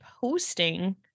posting